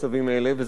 וזה לדבר.